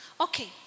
Okay